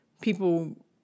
people